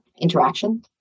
interaction